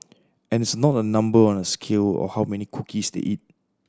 and it's not a number on a scale or how many cookies they eat